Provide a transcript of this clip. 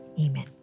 Amen